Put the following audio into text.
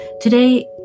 Today